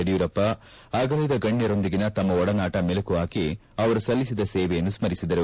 ಯಡಿಯೂರಪ್ಪ ಆಗಲಿದ ಗಣ್ಣರೊಂದಿಗಿನ ತಮ್ನ ಒಡನಾಟ ಮೆಲುಕು ಹಾಕಿ ಅವರು ಸಲ್ಲಿಸಿದ ಸೇವೆಯನ್ನು ಸ್ಲರಿಸಿದರು